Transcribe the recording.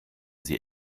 sie